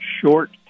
short